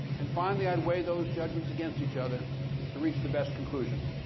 and finally, i'd weigh those judgments against each other to reach the best conclusion.